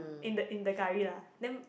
in the in the curry lah then